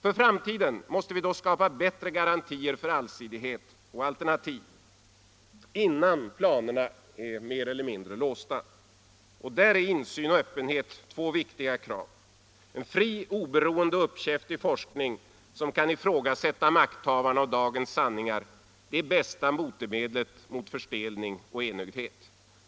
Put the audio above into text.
För framtiden måste vi dock skapa bättre garantier för allsidighet och alternativ innan planerna är mer eller mindre låsta. Insyn och öppenhet är två viktiga krav. En fri, oberoende och uppkäftig forskning som kan ifrågasätta makthavarna och dagens sanningar — det är det bästa botemedlet mot förstelning och enögdhet.